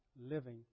living